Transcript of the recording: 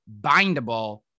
bindable